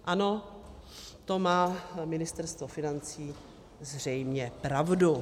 Ano, v tom má Ministerstvo financí zřejmě pravdu.